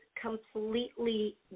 completely